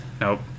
Nope